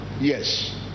Yes